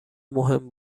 مهم